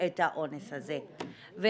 את האונס הזה.